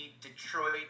Detroit